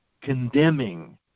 condemning